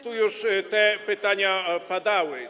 Tu już te pytania padały.